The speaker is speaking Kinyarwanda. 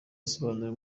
asobanura